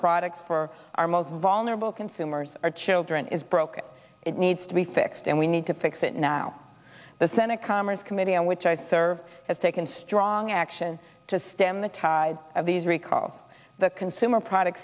products for our most vulnerable consumers our children is broken it needs to be fixed and we need to fix it now the senate commerce committee which i serve has taken strong action to stem the tide of these recalls the consumer product